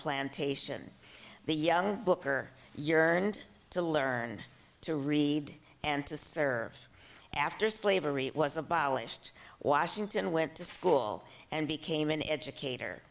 plantation the young booker yearned to learn to read and to serve after slavery was abolished washington went to school and became an educator